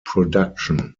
production